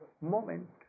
moment